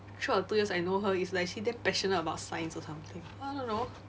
throughout the two years I know her it's like she damn passionate about science or something I don't know